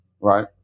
Right